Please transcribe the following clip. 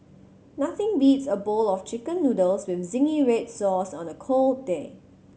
nothing beats a bowl of Chicken Noodles with zingy red sauce on a cold day